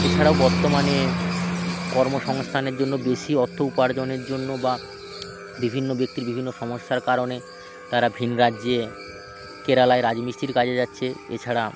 এছাড়াও বর্তমানে কর্মসংস্থানের জন্য বেশি অর্থ উপার্জনের জন্য বা বিভিন্ন ব্যক্তির বিভিন্ন সমস্যার কারণে তাড়া ভিন্ন রাজ্যে কেরালায় রাজমিস্ত্রির কাজে যাচ্ছে এছাড়া